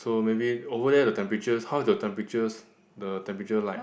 so maybe over there the temperatures how your temperatures the temperature like